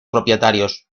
propietarios